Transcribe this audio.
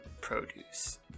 produce